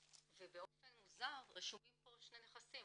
ובאופן מוזר רשומים פה שני נכסים.